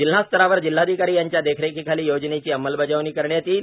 जिल्हा स्तरावर जिल्हाधिकारी यांच्या देखरेखीखाली योजनेची अंमलबजावणी करण्यात येईल